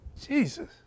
Jesus